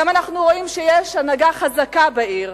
היום אנחנו רואים שיש הנהגה חזקה בעיר.